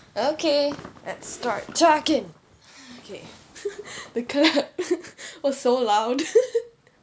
okay let's start talking okay the clap was so loud